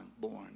born